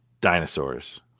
dinosaurs